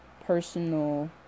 personal